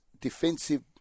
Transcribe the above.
defensive